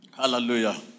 Hallelujah